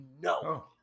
No